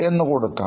എന്ന് കൊടുക്കാം